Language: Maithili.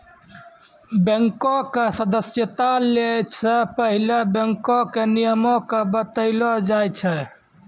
बैंको के सदस्यता लै से पहिले बैंको के नियमो के बतैलो जाय छै